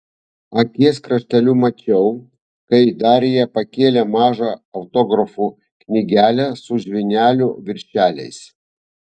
akies krašteliu mačiau kai darija pakėlė mažą autografų knygelę su žvynelių viršeliais